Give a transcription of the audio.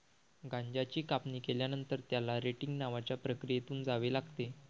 गांजाची कापणी केल्यानंतर, त्याला रेटिंग नावाच्या प्रक्रियेतून जावे लागते